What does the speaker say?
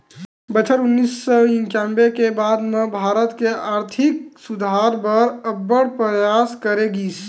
बछर उन्नीस सौ इंकानबे के बाद म भारत के आरथिक सुधार बर अब्बड़ परयास करे गिस